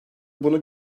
bunu